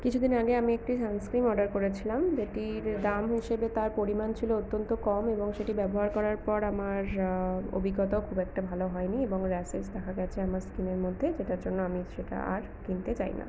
কিছুদিন আগে আমি একটি সান্সক্রিন অর্ডার করেছিলাম যেটির দাম হিসেবে তার পরিমাণ ছিলো অত্যন্ত কম এবং সেটি ব্যবহার করার পর আমার অভিজ্ঞতাও খুব একটা ভালো হয়নি এবং র্যাশেজ দেখা গাছে আমার স্কিনের মধ্যে সেটার জন্য আমি সেটা আর কিনতে চাইনা